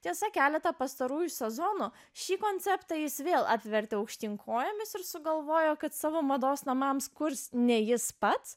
tiesa keletą pastarųjų sezonų šį konceptą jis vėl apvertė aukštyn kojomis ir sugalvojo kad savo mados namams kurs ne jis pats